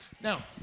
Now